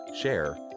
share